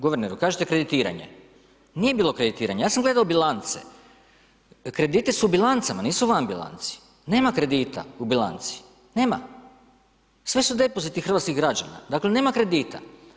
Guverneru, kažete kreditiranje, nije bilo kreditiranja, ja sam gledao bilance, krediti su u bilancama, nisu van bilanci, nema kredita u bilanci, nema, sve su depoziti hrvatskih građana, dakle nema kredita.